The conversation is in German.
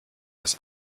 das